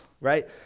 right